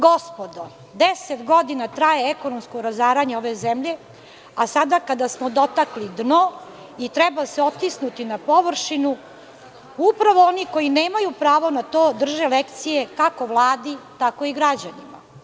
Gospodo, deset godina traje ekonomsko razaranje ove zemlje, a sada kada smo dotakli dno i treba se otisnuti na površinu, upravo oni koji nemaju pravo na to, drže lekcije kako vladi, tako i građanima.